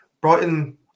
Brighton